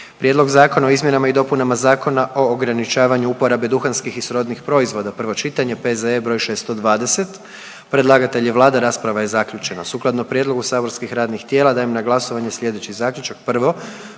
Prijedlog zakona o zaštiti i očuvanju kulturnih dobara, prvo čitanje, P.Z.E. br. 627, predlagatelj je Vlada, rasprava je zaključena. Sukladno prijedlogu saborskih radnih tijela dajem na glasovanje sljedeći zaključak: